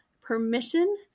permission